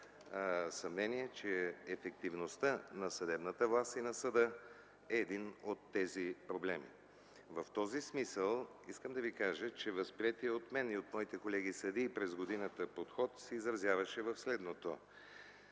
съмнение, че ефективността на съдебната власт и на съда е един от тези проблеми. В този смисъл искам да ви кажа, че възприетият подход от мен и от моите колеги съдии през годината, се изразяваше в следното.